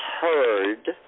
heard